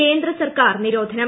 കേന്ദ്രസർക്കാർ നിരോധനം